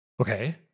Okay